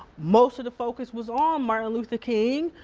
most of the focus was on martin luther king,